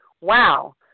wow